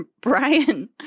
Brian